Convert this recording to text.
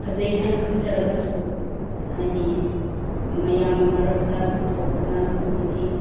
ꯐꯖꯩ ꯍꯥꯏꯅ ꯈꯟꯖꯔꯒꯁꯨ ꯍꯥꯏꯗꯤ ꯃꯌꯥꯝ ꯃꯔꯛꯇ ꯄꯨꯊꯣꯛꯇꯅ ꯑꯗꯒꯤ